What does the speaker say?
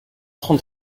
trente